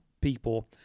people